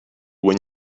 when